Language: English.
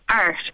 art